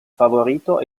favorito